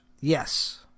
Yes